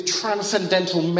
transcendental